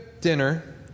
dinner